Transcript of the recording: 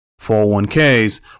401ks